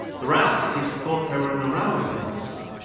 the rail companies thought they were in the railway business,